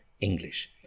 English